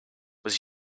muss